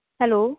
hello